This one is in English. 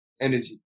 energy